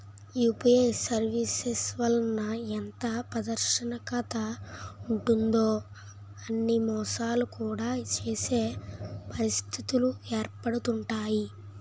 UPI services వలన ఎంత పారదర్శకత ఉంటుందో అని మోసాలు కూడా చేసే పరిస్థితిలు ఏర్పడుతుంటాయి